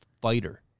fighter